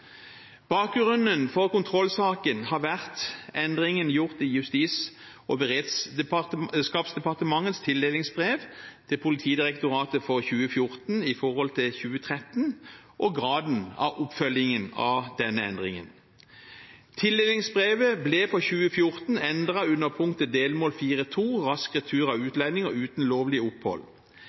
Bakgrunnen for kontrollsaken har vært endringen gjort i Justis- og beredskapsdepartementets tildelingsbrev til Politidirektoratet for 2014 i forhold til 2013 og graden av oppfølging av denne endringen. Tildelingsbrevet ble for 2014 endret under punktet «Delmål 4.2 Rask retur av utlendinger uten lovlig opphold».